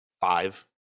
five